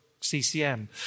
CCM